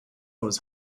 was